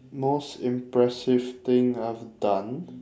most impressive thing I've done